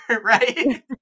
right